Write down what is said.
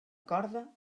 corda